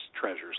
treasures